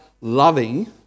loving